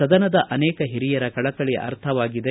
ಸದನದ ಅನೇಕ ಹಿರಿಯರ ಕಳಕಳಿ ಅರ್ಥವಾಗಿದೆ